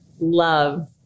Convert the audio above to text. love